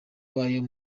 bayo